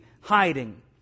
hiding